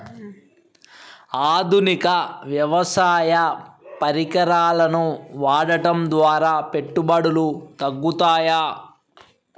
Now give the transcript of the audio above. ఆధునిక వ్యవసాయ పరికరాలను వాడటం ద్వారా పెట్టుబడులు తగ్గుతయ?